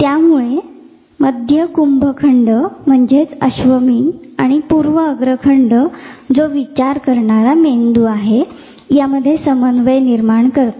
तर त्यामुळे मध्य कुंभ खंड म्हणजेच अश्वमीन आहे आणि पूर्वअग्रखंड जो विचार करणारा मेंदू आहे यामध्ये समन्वय निर्माण करते